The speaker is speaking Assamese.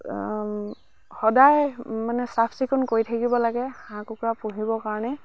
সদায় মানে চাফচিকুণ কৰি থাকিব লাগে হাঁহ কুকুৰা পুহিবৰ কাৰণে